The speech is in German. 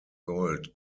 gold